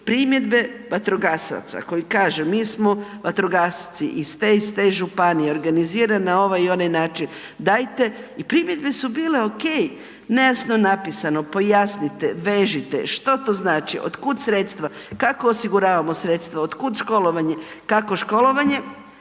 primjedbe vatrogasaca koje kažu mi smo vatrogasci iz te i te županije, organiziran na ovaj i onaj način dajte i primjedbe su bile ok, nejasno napisano, pojasnite, vežite, što to znači, od kud sredstva, kako osiguravamo sredstva, od kud školovanje, kako školovanje.